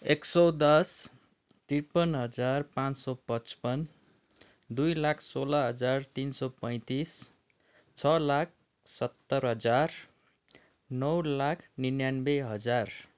एक सय दस त्रिपन्न हजार पाँच सय पच्पन्न दुई लाख सोल हजार तिन सौ पैँतिस छ लाख सत्तर हजार नौ लाख निन्यान्बे हजार